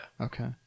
Okay